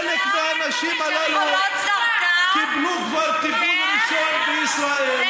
חלק מהנשים הללו כבר קיבלו טיפול ראשון בישראל,